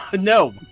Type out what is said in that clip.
no